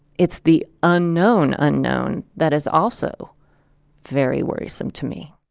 it's the unknown unknown that is also very worrisome to me